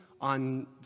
on